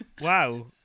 Wow